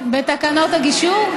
בתקנות הגישור?